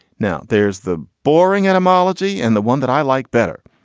now there's the boring animals g and the one that i like better.